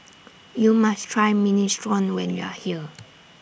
YOU must Try Minestrone when YOU Are here